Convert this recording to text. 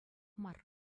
мар